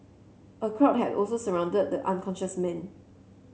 a crowd had also surrounded the unconscious man